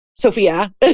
Sophia